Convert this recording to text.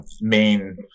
main